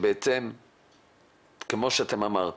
כפי שאמרתם,